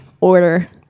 order